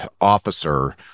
officer